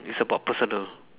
it's about personal